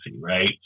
right